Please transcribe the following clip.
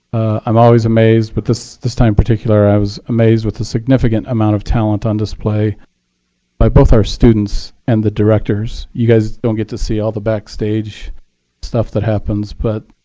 i'm always amazed, but this this time in particular i was amazed with the significant amount of talent on display by both our students and the directors. you guys don't get to see all the backstage stuff that happens but